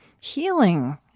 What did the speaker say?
healing